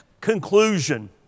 conclusion